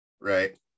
right